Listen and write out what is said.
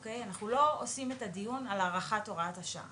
אנחנו לא עושים את הדיון על הארכת הוראת השעה.